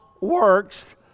works